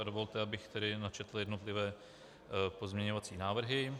A dovolte, abych tedy načetl jednotlivé pozměňovací návrhy.